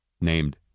named